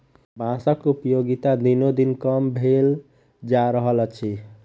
बाँसक उपयोगिता दिनोदिन कम भेल जा रहल अछि